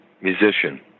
musician